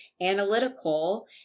analytical